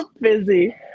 busy